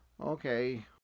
Okay